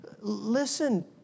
listen